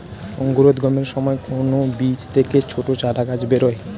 অঙ্কুরোদ্গমের সময় কোন বীজ থেকে ছোট চারাগাছ বেরোয়